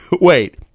Wait